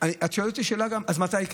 את שואלת אותי שאלה: אז מתי כן?